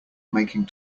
making